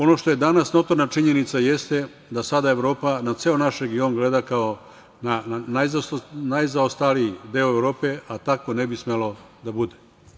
Ono što je danas notorna činjenica jeste da sada Evropa na ceo naš region gleda kao na najzaostaliji deo Evrope, a tako ne bi smelo da bude.